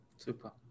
Super